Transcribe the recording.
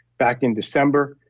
back in december.